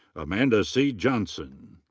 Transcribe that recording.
amanda c. johnston.